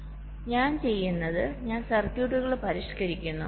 അതിനാൽ ഞാൻ ചെയ്യുന്നത് ഞാൻ സർക്യൂട്ടുകൾ പരിഷ്ക്കരിക്കുന്നു